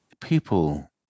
People